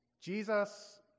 Jesus